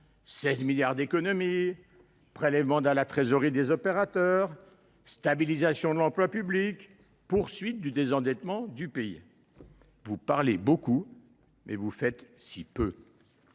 16 milliards d’euros d’économies »,« prélèvements dans la trésorerie des opérateurs »,« stabilisation de l’emploi public »,« poursuite du désendettement du pays », etc. Vous parlez beaucoup, mais vous faites si peu